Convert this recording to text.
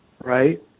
Right